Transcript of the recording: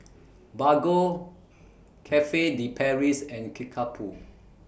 Bargo Cafe De Paris and Kickapoo